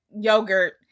yogurt